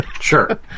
Sure